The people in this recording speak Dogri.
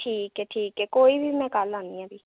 ठीक ऐ ठीक ऐ कोई नी मीं कल औनी आं फ्ही